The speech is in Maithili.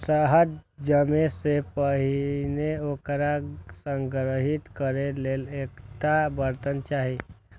शहद जमै सं पहिने ओकरा संग्रहीत करै लेल एकटा बर्तन चाही